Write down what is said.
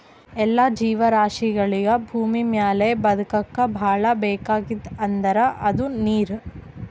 ಎಲ್ಲಾ ಜೀವರಾಶಿಗಳಿಗ್ ಭೂಮಿಮ್ಯಾಲ್ ಬದಕ್ಲಕ್ ಭಾಳ್ ಬೇಕಾಗಿದ್ದ್ ಅಂದ್ರ ಅದು ನೀರ್